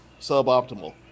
suboptimal